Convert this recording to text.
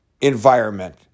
environment